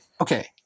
Okay